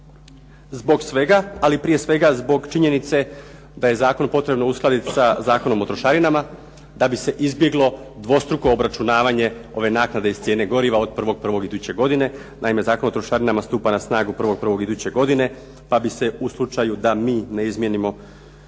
zbog svega, ali prije svega zbog činjenice da je zakon potrebno uskladiti sa Zakonom o trošarinama da bi se izbjeglo dvostruko obračunavanje ove naknade iz cijene goriva od 01.01. iduće godine. Naime, Zakon o trošarinama stupa na snagu 01.01. iduće godine pa bi se u slučaju da mi ne izmijenimo,